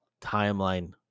timeline